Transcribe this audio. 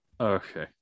Okay